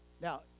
Now